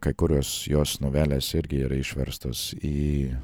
kai kurios jos novelės irgi yra išverstos į